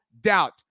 doubt